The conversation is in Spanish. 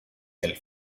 del